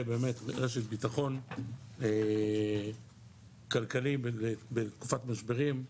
באמת רשת בטחון כלכלית בתקופת משברים.